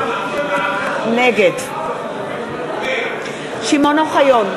נגד שמעון אוחיון,